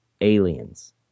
aliens